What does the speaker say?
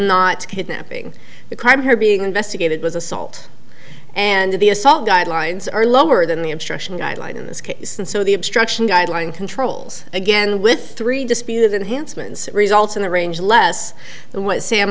not kidnapping the crime her being investigated was assault and the assault guidelines are lower than the instruction guideline in this case and so the obstruction guideline controls again with three disputed hansen's results in a range less than what sa